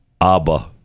ABBA